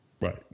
right